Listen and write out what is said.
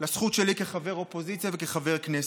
לזכות שלי כחבר אופוזיציה וכחבר כנסת.